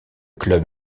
club